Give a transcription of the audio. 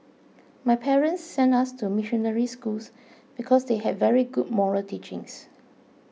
my parents sent us to missionary schools because they had very good moral teachings